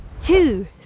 two